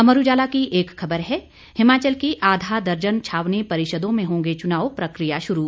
अमर उजाला की एक खबर है हिमाचल की आधा दर्जन छावनी परिषदों में होंगे चुनाव प्रकिया शुरू